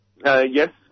Yes